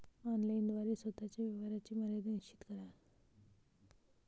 online द्वारे स्वतः च्या व्यवहाराची मर्यादा निश्चित करा